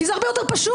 כי זה הרבה יותר פשוט.